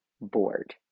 bored